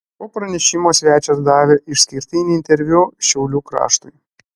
po pranešimo svečias davė išskirtinį interviu šiaulių kraštui